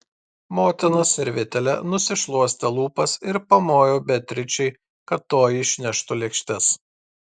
motina servetėle nusišluostė lūpas ir pamojo beatričei kad toji išneštų lėkštes